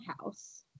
House